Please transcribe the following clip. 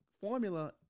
formula